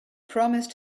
promised